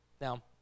Now